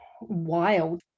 wild